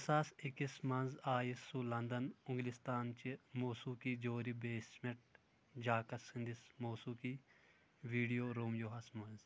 زٕ ساس اکس منز آیہ سُہ لنڈن اِنگلِستان چہِ موسیقی جوری بیسمینٹ جاكس ہندِس موسیقی ویڈیو رومِیو ہس منز